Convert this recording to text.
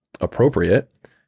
appropriate